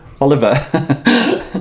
oliver